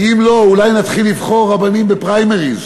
כי אם לא, אולי נתחיל לבחור רבנים בפריימריז.